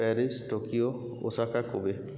Paris Tokyo Osaka cube